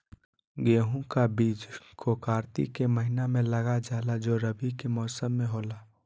गेहूं का बीज को कार्तिक के महीना में लगा जाला जो रवि के मौसम में होला